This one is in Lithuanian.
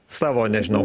savo nežinau